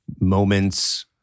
moments